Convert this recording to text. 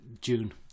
June